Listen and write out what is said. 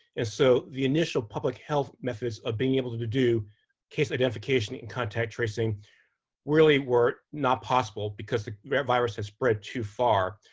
and so the initial public health methods of being able to do case identification and contact tracing really were not possible, because the virus had spread too far.